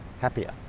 happier